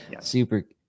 Super